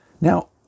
Now